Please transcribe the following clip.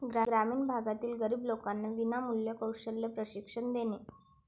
ग्रामीण भागातील गरीब लोकांना विनामूल्य कौशल्य प्रशिक्षण देणे